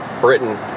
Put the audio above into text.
Britain